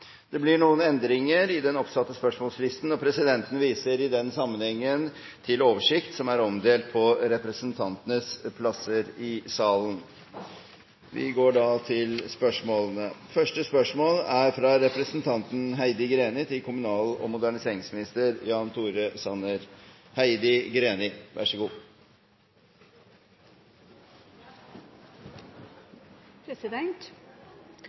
Det blir én endring i den oppsatte spørsmålslisten. Presidenten viser i den sammenheng til den oversikt som er omdelt på representantenes plasser i salen.